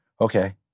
Okay